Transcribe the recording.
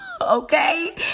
Okay